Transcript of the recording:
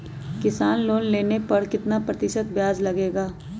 किसान लोन लेने पर कितना प्रतिशत ब्याज लगेगा?